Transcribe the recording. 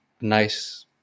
nice